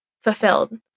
fulfilled